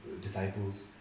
disciples